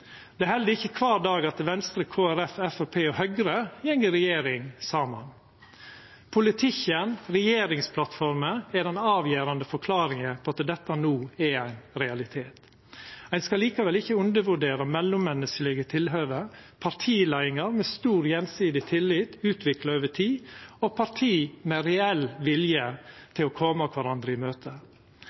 Det er heller ikkje kvar dag at Venstre, Kristeleg Folkeparti, Framstegspartiet og Høgre går i regjering saman. Politikken, regjeringsplattforma, er den avgjerande forklaringa på at dette no er ein realitet. Ein skal likevel ikkje undervurdera mellommenneskeleg tilhøve, partileiingar med stor gjensidig tillit som er utvikla over tid, og parti med reell vilje til å koma kvarandre i møte.